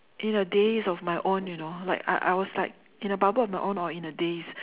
in the daze of my own you know like I I was like in the bubble of my own or in the daze